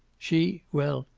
she well,